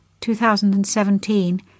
2017